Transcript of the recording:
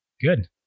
Good